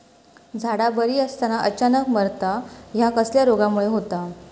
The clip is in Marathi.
झाडा बरी असताना अचानक मरता हया कसल्या रोगामुळे होता?